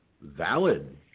valid